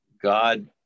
God